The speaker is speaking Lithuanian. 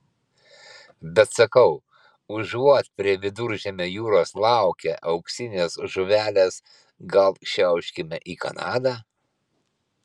bet sakau užuot prie viduržemio jūros laukę auksinės žuvelės gal šiauškime į kanadą